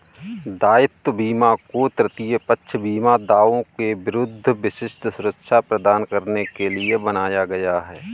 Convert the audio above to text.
दायित्व बीमा को तृतीय पक्ष बीमा दावों के विरुद्ध विशिष्ट सुरक्षा प्रदान करने के लिए बनाया गया है